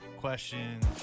Questions